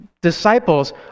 disciples